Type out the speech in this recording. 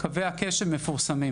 קווי הקשב מפורסמים.